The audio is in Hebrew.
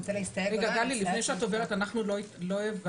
רגע גלי לפני שאת עוברת אנחנו לא הבנו